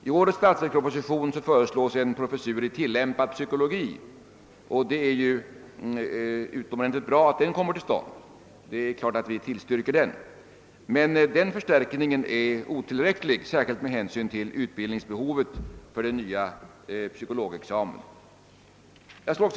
I årets statsverksproposition föreslås en professur i tilllämpad psykologi, och det är givet att vi tillstyrker detta, men denna förstärkning är otillräcklig, särskilt med hänsyn till utbildningsbehovet till följd av den nya psykologexamen.